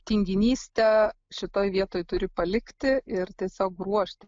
tinginystę šitoj vietoj turi palikti ir tiesiog ruošti